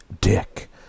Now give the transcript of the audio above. dick